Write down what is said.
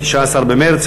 19 במרס,